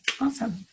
Awesome